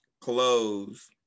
clothes